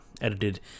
edited